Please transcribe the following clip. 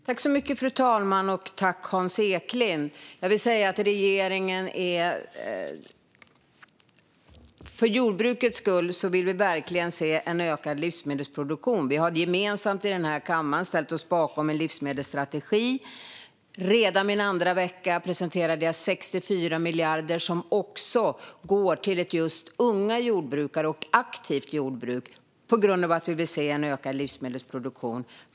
Fru talman! Regeringen vill verkligen se en ökad livsmedelsproduktion, för jordbrukets skull. Vi har gemensamt i den här kammaren ställt oss bakom en livsmedelsstrategi. Redan min andra vecka presenterade jag 64 miljarder som också går till just unga jordbrukare och till ett aktivt jordbruk, för vi vill se en ökad livsmedelsproduktion.